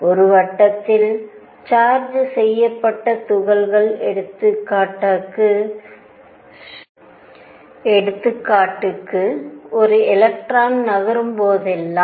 ஒரு வட்டத்தில் சார்ஜ் செய்யப்பட்ட துகள் எடுத்துக்காட்டுக்கு ஒரு எலக்ட்ரான் நகரும் போதெல்லாம்